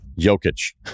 Jokic